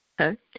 okay